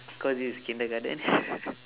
because this is kindergarten